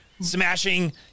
Smashing